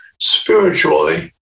spiritually